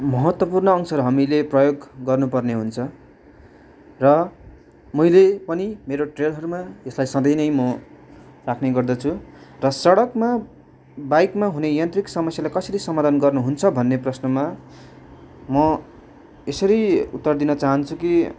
महत्त्वपूर्ण अंशहरू हामीले प्रयोग गर्नुपर्ने हुन्छ र मैले पनि मेरो ट्रेलहरूमा यसलाई सधैँ नै म राख्ने गर्दछु र सडकमा बाइकमा हुने यान्त्रिक समस्यालाई कसरी समाधान गर्नुहुन्छ भन्ने प्रश्नमा म यसरी उत्तर दिन चाहन्छु कि